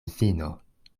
fino